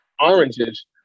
oranges